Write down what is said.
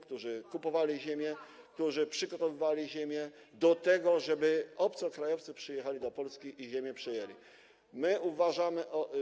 którzy kupowali ziemię, którzy przygotowywali ziemię do tego, żeby obcokrajowcy przyjechali do Polski i przejęli ziemię.